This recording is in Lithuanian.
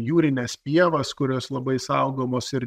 jūrines pievas kurios labai saugomos ir